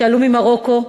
שעלו ממרוקו,